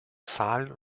zahlen